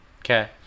Okay